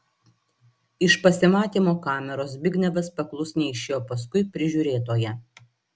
iš pasimatymo kameros zbignevas paklusniai išėjo paskui prižiūrėtoją